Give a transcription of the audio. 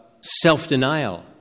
self-denial